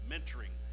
Mentoring